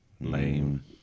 Lame